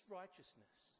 righteousness